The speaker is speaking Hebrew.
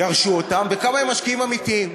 ירשו אותן וכמה הם משקיעים אמיתיים.